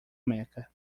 meca